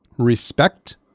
respect